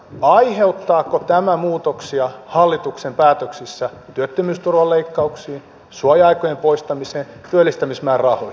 aiheuttaako tämä muutoksia hallituksen päätöksissä työttömyysturvan leikkauksiin suoja aikojen poistamiseen työllistämismäärärahoihin